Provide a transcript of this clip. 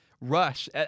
Rush